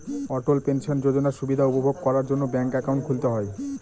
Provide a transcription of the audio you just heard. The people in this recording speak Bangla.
অটল পেনশন যোজনার সুবিধা উপভোগ করার জন্য ব্যাঙ্ক একাউন্ট খুলতে হয়